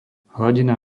hladina